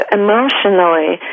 emotionally